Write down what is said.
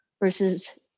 versus